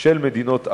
של מדינות ערב.